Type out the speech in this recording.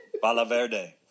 Valverde